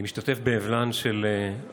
אני משתתף באבלן של המשפחות,